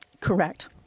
Correct